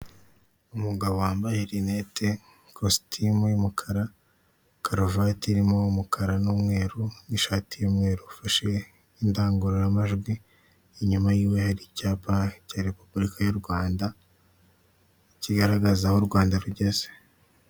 Umugabo wambaye rinete, kositimu y'umukara, karuvati irimo umukara n'umweru n'ishati y'umweru ufashe indangururamajwi inyuma y'iwe hari icyapa cya repubulika y'u Rwanda cyigaragaza aho u Rwanda rugeze.